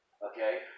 Okay